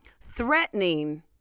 threatening